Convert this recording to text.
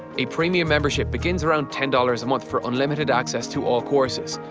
a premium membership begins around ten dollars a month for unlimited access to all courses,